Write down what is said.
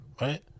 right